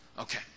Okay